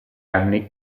anni